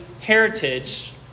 heritage